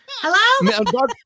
Hello